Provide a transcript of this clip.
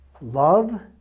love